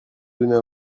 donner